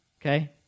okay